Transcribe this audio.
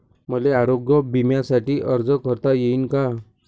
मले आरोग्य बिम्यासाठी अर्ज करता येईन का?